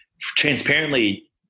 transparently